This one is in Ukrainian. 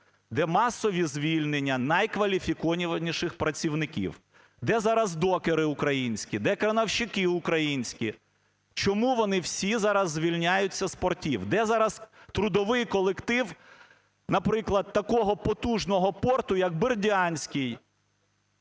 Де масові звільнення найкваліфікованіших працівників. Де зараз докери українські? Де крановщики українські? Чому вони всі зараз звільняються з портів? Де зараз трудовий колектив, наприклад, такого потужного порту, як бердянський,